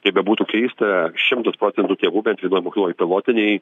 kaip bebūtų keista šimtas procentų tėvų bent vienoj mokykloj pilotinėj